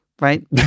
Right